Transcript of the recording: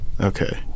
Okay